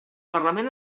parlament